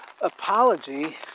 apology